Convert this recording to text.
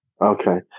Okay